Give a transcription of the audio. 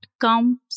comes